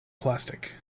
plastic